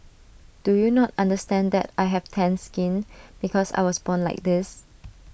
do you not understand that I have tanned skin because I was born like this